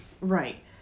Right